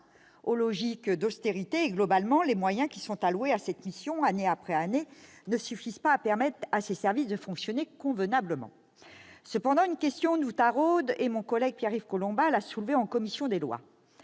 aux logiques d'austérité. Globalement, les moyens qui sont alloués à cette mission, année après année, ne suffisent pas à permettre aux services de fonctionner convenablement. Cependant une question que mon collègue Pierre-Yves Collombat a soulevée en commission des lois